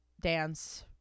dance